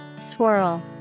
Swirl